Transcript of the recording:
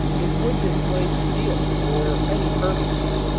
it would displace steel for many purposes.